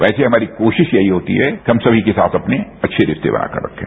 वैसे हमारी कोशिश यही होती है हम सनी के साथ अपने अच्छे रिश्ते बनाके रखे